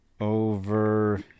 over